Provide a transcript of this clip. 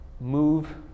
move